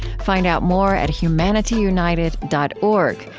find out more at humanityunited dot org,